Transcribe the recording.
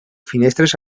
finestres